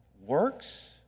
works